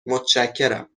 متشکرم